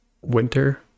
winter